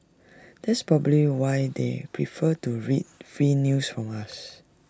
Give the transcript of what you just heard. that's probably why they prefer to read free news from us